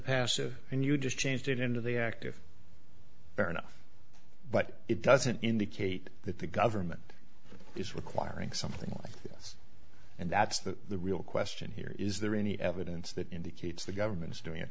passive and you just changed it into the active fair enough but it doesn't indicate that the government is requiring something like this and that's the real question here is there any evidence that indicates the government is doing it